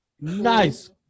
Nice